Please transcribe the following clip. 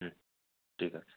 হুম ঠিক আছে